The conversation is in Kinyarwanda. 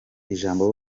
ijambo